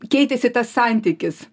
keitėsi tas santykis